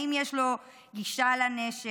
האם יש לו גישה לנשק?